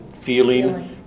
feeling